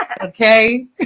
Okay